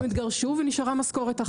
הם התגרשו ונשארה משכורת אחת.